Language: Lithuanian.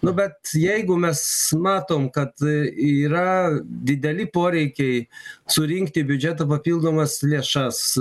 nu bet jeigu mes matom kad yra dideli poreikiai surinkt į biudžetą papildomas lėšas